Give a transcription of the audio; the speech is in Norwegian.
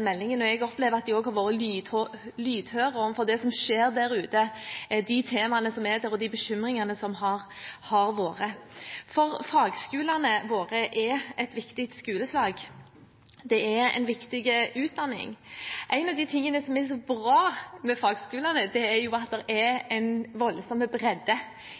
meldingen. Jeg opplever at de også har vært lydhøre overfor det som skjer der ute, de temaene som er der, og de bekymringene som har vært. Fagskolene våre er et viktig skoleslag, det er en viktig utdanning. En av de tingene som er så bra med fagskolene, er at det er en voldsom bredde